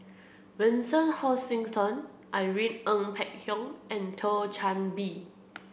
Vincent Hoisington Irene Ng Phek Hoong and Thio Chan Bee